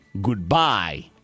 goodbye